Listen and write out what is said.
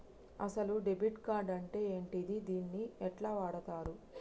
అసలు debit card అంటే ఏంటిది? దీన్ని ఎట్ల వాడుతరు?